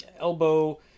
elbow